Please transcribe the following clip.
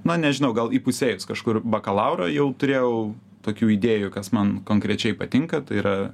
na nežinau gal įpusėjus kažkur bakalaurą jau turėjau tokių idėjų kas man konkrečiai patinka tai yra